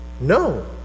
No